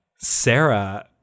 Sarah